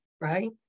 right